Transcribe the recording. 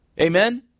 Amen